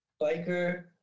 Biker